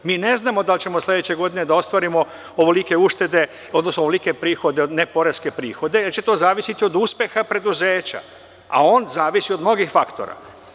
Mi ne znamo da li ćemo sledeće godine da ostvarimo ovolike uštede, odnosno ovolike prihode, neporeske prihode, jer će to zavisiti od uspeha preduzeća, a on zavisi od mnogih faktora.